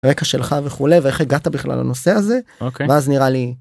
רקע שלך וכולי ואיך הגעת בכלל לנושא הזה, אוקיי, ואז נראה לי.